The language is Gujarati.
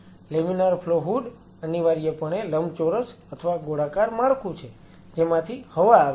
લેમિનાર ફ્લો હૂડ અનિવાર્યપણે લંબચોરસ અથવા ગોળાકાર માળખું છે જેમાંથી હવા આવે છે